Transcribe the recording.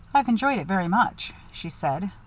i've enjoyed it very much, she said.